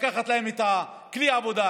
לקחת להם את כלי העבודה,